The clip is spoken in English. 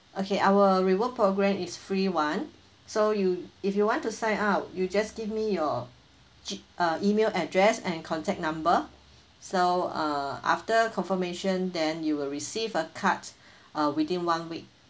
okay our reward program is free [one] so you if you want to sign up you just give me your g~ uh email address and contact number so uh after confirmation then you will receive a card uh within one week